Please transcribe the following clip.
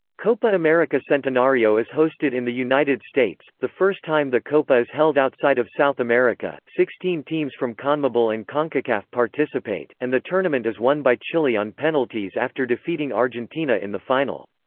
copa america centenario is hosted in the united states, the first time the copa is held outside of south america. sixteen teams from conmebol and concacaf participate, and the tournament is won by chile on penalties after defeating argentina in the final.